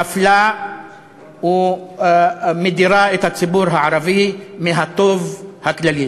מפלה ומדירה את הציבור הערבי מהטוב הכללי.